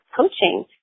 coaching